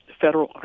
federal